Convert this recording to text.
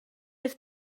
beth